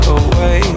away